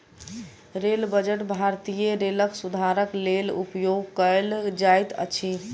rail budget भारतीय रेलक सुधारक लेल उपयोग कयल जाइत अछि